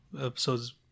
episodes